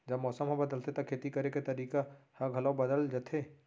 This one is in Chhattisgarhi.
जब मौसम ह बदलथे त खेती करे के तरीका ह घलो बदल जथे?